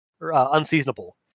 unseasonable